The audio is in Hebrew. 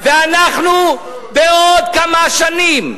ואנחנו בעוד כמה שנים,